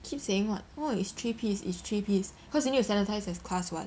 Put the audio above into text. keep saying what what is three piece is three piece cause you need to standardize as class [what]